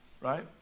Right